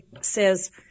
says